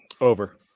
Over